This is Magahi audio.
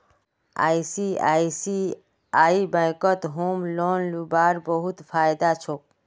आई.सी.आई.सी.आई बैंकत होम लोन लीबार बहुत फायदा छोक